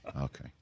Okay